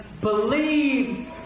believed